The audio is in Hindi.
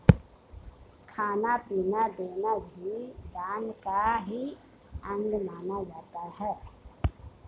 खाना पीना देना भी दान का ही अंग माना जाता है